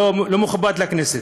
זה לא מכובד לכנסת.